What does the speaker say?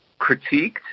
critiqued